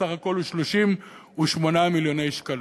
הוא בסך הכול 38 מיליון שקלים.